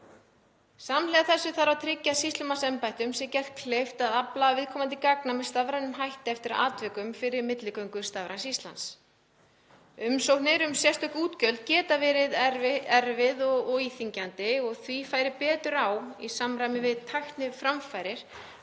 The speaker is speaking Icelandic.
Samhliða verði tryggt að sýslumannsembættunum sé gert kleift að afla viðkomandi gagna með stafrænum hætti, eftir atvikum fyrir milligöngu Stafræns Íslands. Umsóknir um sérstök útgjöld geta verið erfitt og íþyngjandi ferli. Því færi betur á, í samræmi við tækniframfarir,